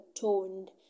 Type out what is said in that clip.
toned